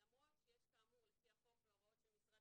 למרות שיש כאמור לפי החוק וההוראות של משרד